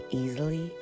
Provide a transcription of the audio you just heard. easily